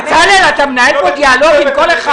בצלאל, אתה מנהל פה דיאלוג עם כל אחד.